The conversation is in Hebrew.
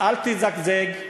אל תזגזג.